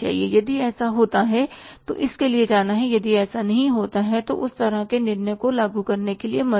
यदि ऐसा होता है तो इसके लिए जाना है यदि ऐसा नहीं होता है तो उस तरह के निर्णय को लागू करने के लिए मत जाओ